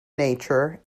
nature